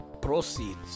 proceeds